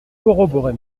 corroborer